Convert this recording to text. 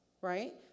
right